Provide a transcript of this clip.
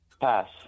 Pass